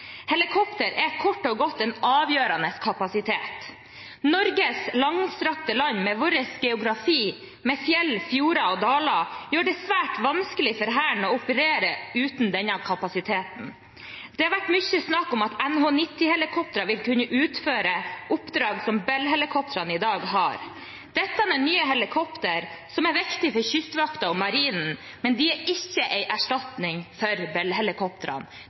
Helikopter er kort og godt en avgjørende kapasitet. Norges langstrakte land og vår geografi med fjell, fjorder og daler gjør det svært vanskelig for Hæren å operere uten denne kapasiteten. Det har vært mye snakk om at NH90-helikopterne vil kunne utføre oppdrag som Bell-helikoptrene har i dag. Dette er helikopter til kystvakten og Marinen, men de er ikke en erstatning for